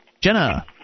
Jenna